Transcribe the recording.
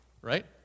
right